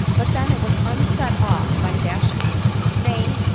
but then it was unset off by fashion nay,